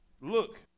look